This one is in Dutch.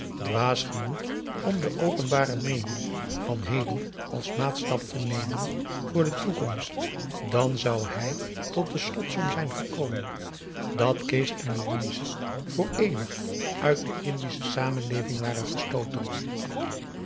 dwaas genoeg om de openbare meening van heden als maatstaf te nemen voor de toekomst dan zou hij tot de slotsom zijn gekomen dat kees en louise voor eeuwig uit de indische samenleving waren gestooten